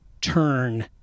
turn